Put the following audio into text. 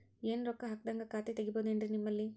ಏನು ರೊಕ್ಕ ಹಾಕದ್ಹಂಗ ಖಾತೆ ತೆಗೇಬಹುದೇನ್ರಿ ನಿಮ್ಮಲ್ಲಿ?